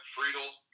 Friedel